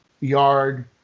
Yard